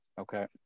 Okay